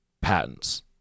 patents